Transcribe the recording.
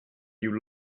you